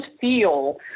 feel